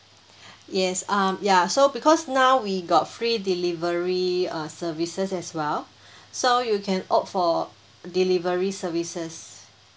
yes um ya so because now we got free delivery uh services as well so you can opt for delivery services